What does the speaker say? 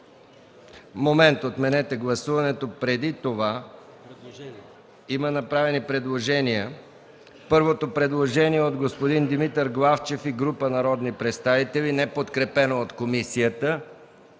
чл. 19. Отменете гласуването. Преди това има направени предложения. Първото предложение е от господин Димитър Главчев и група народни представители, което не е подкрепено от комисията.